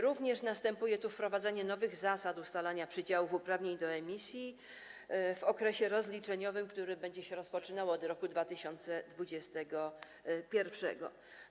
Również następuje tu wprowadzenie nowych zasad ustalania przydziałów uprawnień do emisji w okresie rozliczeniowym, który się będzie rozpoczynał od roku 2021.